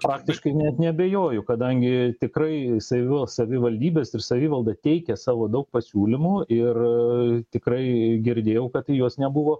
praktiškai net neabejoju kadangi tikrai savi savivaldybės ir savivalda teikia savo daug pasiūlymų ir tikrai girdėjau kad į juos nebuvo